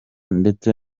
ndetse